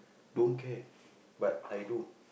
don't care but I do